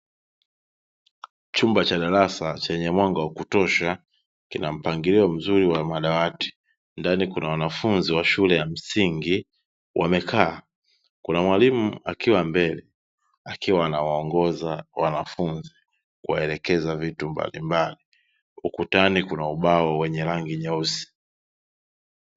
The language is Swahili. Chumba cha darasa chenye mwanga wa kutosha, kina mpangilio mzuri wa madawati, ndani kuna wanafunzi wa shule ya msingi wamekaa, kuna mwalimu akiwa mbele, akiwa anawaongoza wanafunzi kuwaelekeza vitu mbalimbali; ukutani kuna ubao wenye rangi nyeusi.